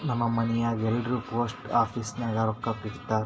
ನಮ್ ಮನ್ಯಾಗ್ ಎಲ್ಲಾರೂ ಪೋಸ್ಟ್ ಆಫೀಸ್ ನಾಗ್ ರೊಕ್ಕಾ ಇಟ್ಟಾರ್